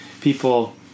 people